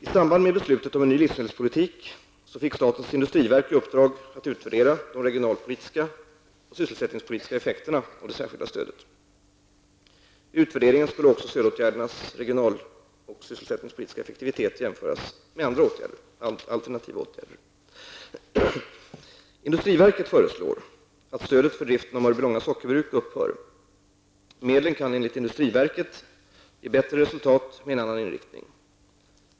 I samband med beslutet om en ny livsmedelspolitik fick statens industriverk i uppdrag att utvärdera de regional och sysselsättningspolitiska effekterna av det särskilda stödet. Vid utvärderingen skulle också stödåtgärdernas regional och sysselsättningspolitiska effektivitet jämföras med alternativa åtgärder. Mörbylånga sockerbruk upphör. Medlen kan enligt industriverket ge bättre resultat med en annan inriktning.